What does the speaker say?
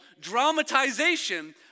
dramatization